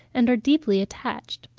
and are deeply attached.